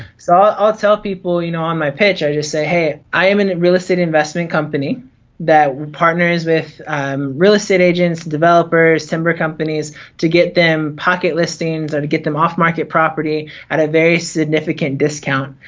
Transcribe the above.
so i'll tell people you know on my page i just say hey, i am a and real estate investment company that partners with real estate agents, developers, timber companies to get them pocket listings or to get them off market property at a very significant discount,